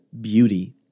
beauty